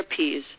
therapies